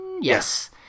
Yes